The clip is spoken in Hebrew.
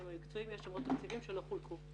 המקצועיים יש עוד תקציבים שלא חולקו.